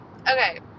Okay